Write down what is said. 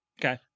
Okay